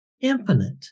infinite